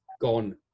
gone